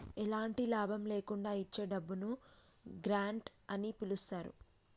ఎలాంటి లాభం లేకుండా ఇచ్చే డబ్బును గ్రాంట్ అని పిలుత్తారు